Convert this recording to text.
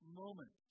moment